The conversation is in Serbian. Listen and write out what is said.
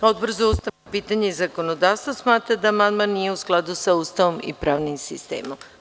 Odbor za ustavna pitanja i zakonodavstvo smatra da amandman nije u skladu sa Ustavom i pravnim sistemom.